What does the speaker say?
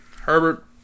Herbert